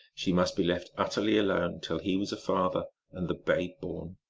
she must be left ut terly alone till he was a father and the babe born.